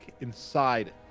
inside